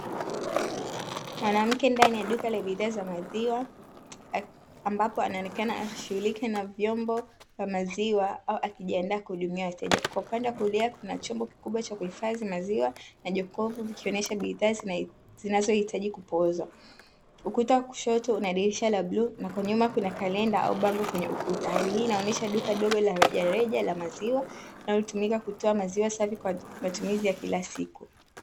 Mwanamke ndani ya duka la bidhaa za maziwa ambapo anaonekana akishughulika na vyombo vya maziwa au akijiandaa kuhudumia wateja, kwa upande wa kulia kuna chombo kikubwa cha kuhifadhi maziwa na jokofu vikionesha bidhaa zinazohitaji kupoozwa, ukuta wakushoto una dirisha la bluu na kwa nyuma kuna kalenda au bango kwenye ukuta, hali hii inaonyesha duka dogo la rejareja la maziwa linalotumika kutoa maziwa safi kwa matumizi ya kila siku.